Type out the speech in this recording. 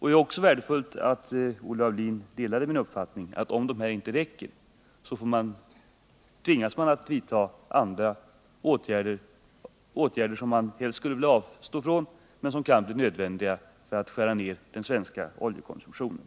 Det är också värdefullt att Olle Aulin delar min uppfattning, att om dessa åtgärder inte räcker till tvingas man vidta andra åtgärder — åtgärder som man helst skulle vilja avstå från, men som kan bli nödvändiga för att möjliggöra en nedskärning av den svenska oljekonsumtionen.